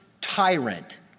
tyrant